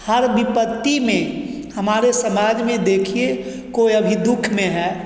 हर विपत्ति में हमारे समाज में देखिए कोई अभी दुख में है